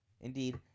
Indeed